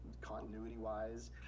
continuity-wise